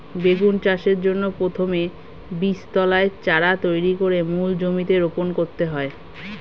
বেগুন চাষের জন্য প্রথমে বীজতলায় চারা তৈরি করে মূল জমিতে রোপণ করতে হয়